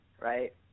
right